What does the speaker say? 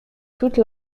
toute